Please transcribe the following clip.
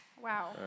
Wow